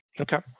Okay